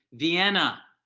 vienna.